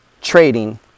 trading